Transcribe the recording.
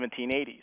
1780s